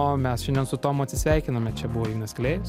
o mes šiandien su tomu atsisveikiname čia buvo ignas klėjus